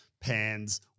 pans